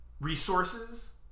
resources